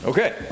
Okay